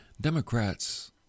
Democrats